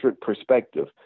perspective